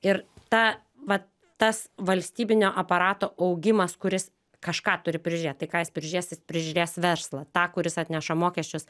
ir ta va tas valstybinio aparato augimas kuris kažką turi prižiūrėt tai ką jis prižiūrės jis prižiūrės verslą tą kuris atneša mokesčius